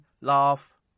laugh